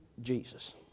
Jesus